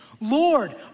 Lord